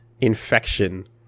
infection